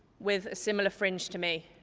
with a similar fringe to me.